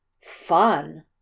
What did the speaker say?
Fun